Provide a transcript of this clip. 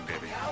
baby